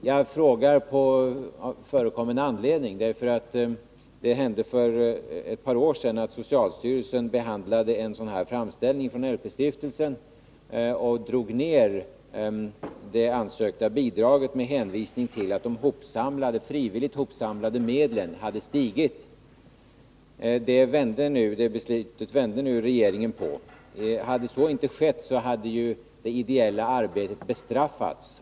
Jag frågar på förekommen anledning. Det hände för ett par år sedan att socialstyrelsen behandlade en sådan här framställning från LP-stiftelsen och drog ner det ansökta bidraget med hänsyn till att de frivilligt hopsamlade medlen hade ökat. Detta beslut vände regeringen på. Hade så inte skett, hade ju det ideella arbetet bestraffats.